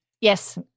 Yes